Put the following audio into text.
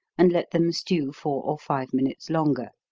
and let them stew four or five minutes longer.